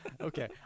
Okay